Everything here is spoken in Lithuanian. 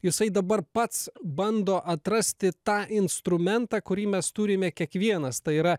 jisai dabar pats bando atrasti tą instrumentą kurį mes turime kiekvienas tai yra